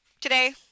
today